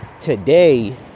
today